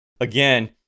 Again